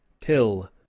Till